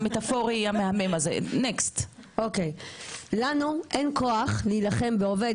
לנו אין כוח להילחם בעובד.